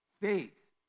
faith